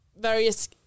various